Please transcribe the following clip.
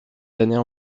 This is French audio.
d’années